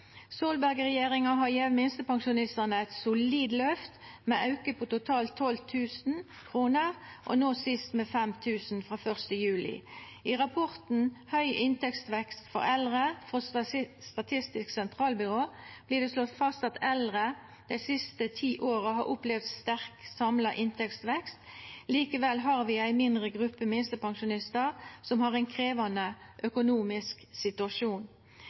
har gjeve minstepensjonistane eit solid løft, med ein auke på totalt 12 000 kr og no sist med 5 000 kr frå 1. juli. I rapporten «Høy inntektsvekst for eldre» frå Statistisk sentralbyrå vert det slått fast at eldre dei siste ti åra har opplevd sterk samla inntektsvekst. Likevel har vi ei mindre gruppe minstepensjonistar som har ein krevjande økonomisk situasjon.